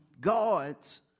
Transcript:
God's